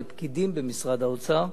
לפקידים במשרד האוצר,